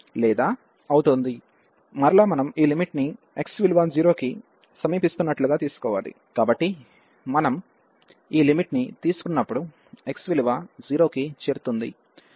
మరలా మనం ఈ లిమిట్ ని x విలువ 0 కి సమీపిస్తున్నట్లుగా తీసుకోవాలి కాబట్టి మనం ఈ లిమిట్ ని తీసుకున్నప్పుడు x విలువ 0 కి చేరుతుంది